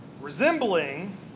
Resembling